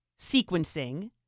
sequencing